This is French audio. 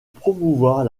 promouvoir